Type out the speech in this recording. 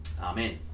Amen